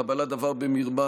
קבלת דבר במרמה,